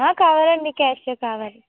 కావాలండి క్యాషు కావాలి